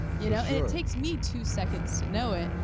you know? it takes me two seconds to know it,